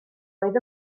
oedd